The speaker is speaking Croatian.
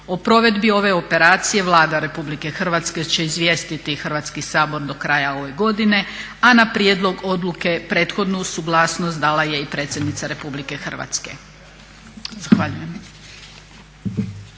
O provedbi ove operacije Vlada Republike Hrvatske će izvijestiti Hrvatski sabor do kraja ove godine a na prijedlog odluke prethodnu suglasnost dala je i predsjednica Republike Hrvatske. Zahvaljujem.